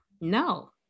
no